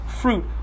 fruit